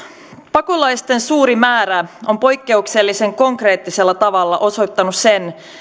pakolaisten suuri määrä on poikkeuksellisen konkreettisella tavalla osoittanut sen